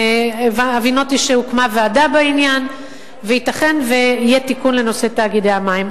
והבינותי שהוקמה ועדה בעניין וייתכן שיהיה תיקון לנושא תאגידי המים.